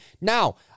Now